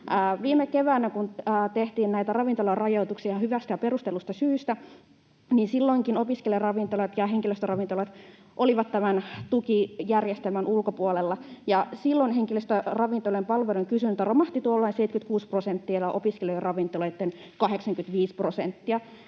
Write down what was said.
Viime keväänäkin, kun tehtiin näitä ravintolarajoituksia hyvästä ja perustellusta syystä, opiskelijaravintolat ja henkilöstöravintolat olivat tämän tukijärjestelmän ulkopuolella, ja silloin henkilöstöravintoloiden palvelujen kysyntä romahti 76 prosenttia ja opiskelijaravintoloitten 85 prosenttia.